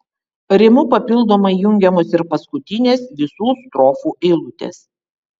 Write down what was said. rimu papildomai jungiamos ir paskutinės visų strofų eilutės